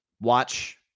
watch